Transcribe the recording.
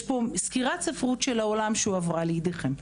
יש סקירת ספרות של העולם שהועברה לידיכם.